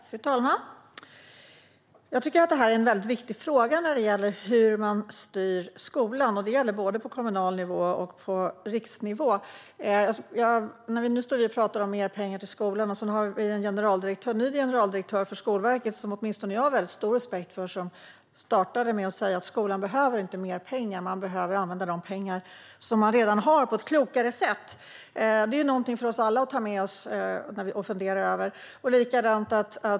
Fru talman! Jag tycker att detta är en väldigt viktig fråga när det gäller hur man styr skolan, och det gäller både på kommunal nivå och på riksnivå. Nu står vi här och pratar om mer pengar till skolan. Vi har en ny generaldirektör för Skolverket som åtminstone jag har väldigt stor respekt för och som startade med att säga: Skolan behöver inte mer pengar. Man behöver använda de pengar som man redan har på ett klokare sätt. Det är någonting för oss alla att ta med oss och fundera över.